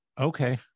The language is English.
Okay